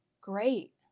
great